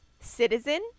citizen